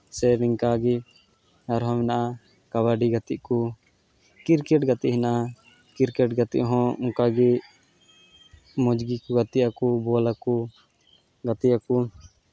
ᱥᱮ ᱱᱤᱝᱠᱟ ᱜᱮ ᱟᱨᱦᱚᱸ ᱢᱮᱱᱟᱜᱼᱟ ᱠᱟᱵᱟᱰᱤ ᱜᱟᱛᱮᱜ ᱠᱚ ᱠᱨᱤᱠᱮᱴ ᱜᱟᱛᱮᱜ ᱢᱮᱱᱟᱜᱼᱟ ᱠᱨᱤᱠᱮᱴ ᱜᱟᱛᱮᱜ ᱦᱚᱸ ᱚᱱᱠᱟᱜᱮ ᱢᱚᱡᱽ ᱜᱮᱠᱚ ᱜᱟᱛᱮ ᱟᱠᱚ ᱵᱚᱞ ᱟᱠᱚ ᱜᱟᱛᱮᱜ ᱟᱠᱚ